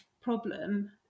problem